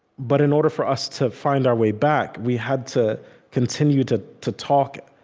but in order for us to find our way back, we had to continue to to talk,